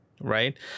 right